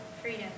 Freedom